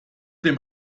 dem